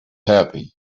happy